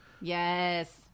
Yes